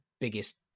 biggest